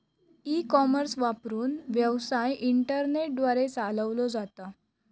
e commerce वापरून, व्यवसाय internet द्वारे चालवलो जाता